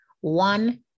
one